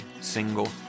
single